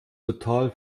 total